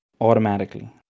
automatically